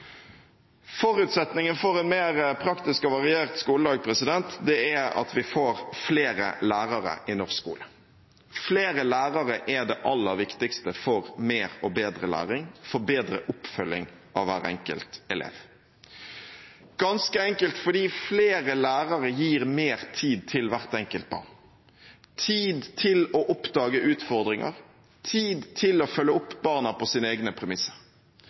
Forutsetningen for en mer praktisk og variert skoledag er at vi får flere lærere i norsk skole. Flere lærere er det aller viktigste for mer og bedre læring, for bedre oppfølging av hver enkelt elev – ganske enkelt fordi flere lærere gir mer tid til hvert enkelt barn, tid til å oppdage utfordringer, tid til å følge opp barna på deres egne premisser,